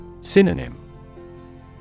Synonym